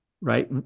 right